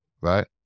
right